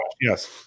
Yes